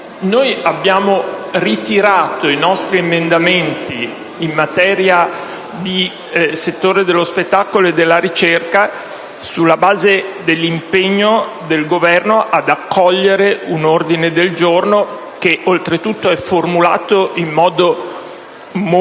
abbiamo ritirato i nostri emendamenti relativi al settore dello spettacolo e della ricerca sulla base dell’impegno del Governo ad accogliere un ordine del giorno, che oltretutto eformulato in modo molto